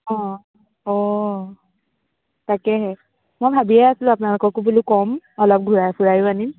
অঁ অঁ তাকেহে মই ভাবিয়েই আছিলোঁ আপোনালোককো বোলো ক'ম অলপ ঘূৰাই ফুৰাইও আনিম